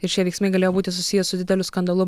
ir šie veiksmai galėjo būti susiję su dideliu skandalu